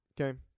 okay